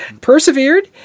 persevered